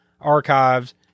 archives